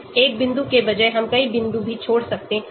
एक बिंदु के बजाय हम कई बिंदु भी छोड़ सकते हैं